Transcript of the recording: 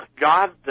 God